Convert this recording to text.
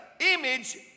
image